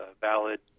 valid